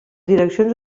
direccions